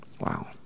Wow